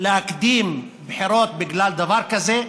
להקדים בחירות בגלל דבר כזה.